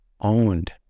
owned